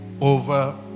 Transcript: over